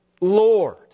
Lord